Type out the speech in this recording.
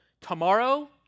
tomorrow